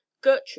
Gertrude